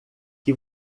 que